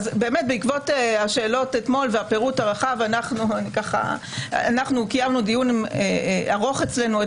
בעקבות השאלות אתמול והפירוט הרחב קיימנו אתמול דיון ארוך אצלנו,